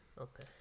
Okay